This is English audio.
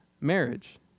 marriage